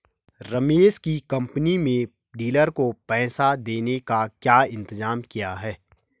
रमेश की कंपनी में डीलर को पैसा देने का क्या इंतजाम किया है?